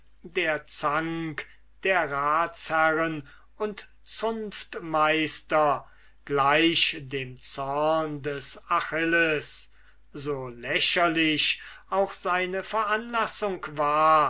der zank der ratsherren und zunftmeister gleich dem zorn des achilles so lächerlich auch seine veranlassung war